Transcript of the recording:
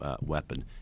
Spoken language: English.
weapon